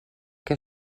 que